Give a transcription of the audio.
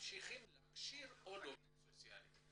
ממשיכים להכשיר עוד עובדים סוציאליים?